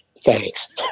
thanks